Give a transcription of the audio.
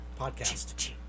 podcast